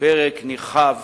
פרק נרחב